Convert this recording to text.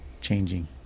changing